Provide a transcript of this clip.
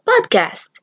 podcast